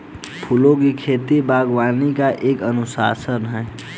फूलों की खेती, बागवानी का एक अनुशासन है